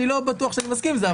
אני לא בטוח שאני מסכים עם זה.